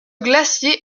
glacier